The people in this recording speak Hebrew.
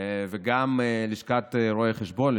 וגם לשכת רואי החשבון,